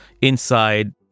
inside